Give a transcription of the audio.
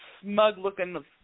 smug-looking